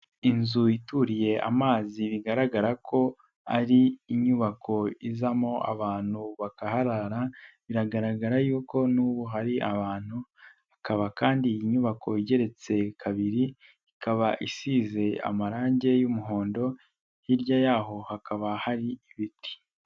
Inzu ituriye amazi bigaragara ko ari inyubako izamo abantu bakaharara, biragaragara y'uko n'ubu hari abantu. Hakaba kandi iyi nyubako igeretse kabiri ikaba isize amarangi y'umuhondo hirya yaho hakaba hari ibiti.